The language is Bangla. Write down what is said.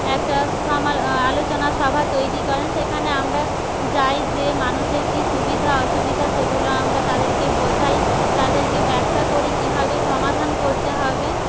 একটা আলোচনা সভা তৈরি করেন সেখানে আমরা যাই যেয়ে মানুষের কি সুবিধা অসুবিধা সেগুলো আমরা তাদেরকে বোঝাই তাদেরকে ব্যাখ্যা করি কীভাবে সমাধান করতে হবে